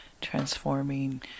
transforming